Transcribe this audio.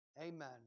Amen